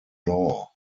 law